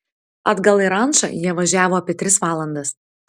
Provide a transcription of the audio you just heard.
atgal į rančą jie važiavo apie tris valandas